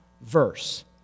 verse